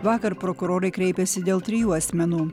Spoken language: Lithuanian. vakar prokurorai kreipėsi dėl trijų asmenų